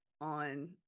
on